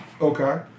Okay